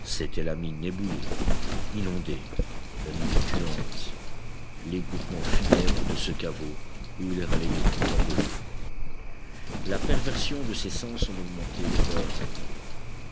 c'étaient la mine éboulée inondée la nuit puante l'égouttement funèbre de ce caveau où ils râlaient depuis tant de jours la perversion de ses sens en augmentait l'horreur maintenant